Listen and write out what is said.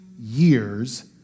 Years